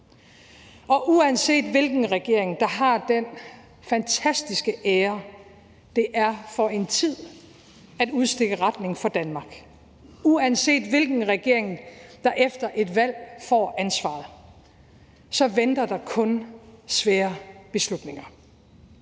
Og uanset hvilken regering der har den fantastiske ære, det er for en tid at udstikke retningen for Danmark, og uanset hvilken regering der efter et valg får ansvaret, så venter der kun svære beslutninger.